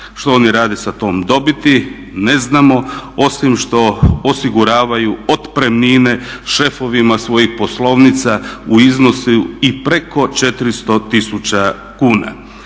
Šta oni rade sa tom dobiti ne znamo, osim što osiguravaju otpremnine šefovima svojih poslovnica u iznosu i preko 400 000 kuna.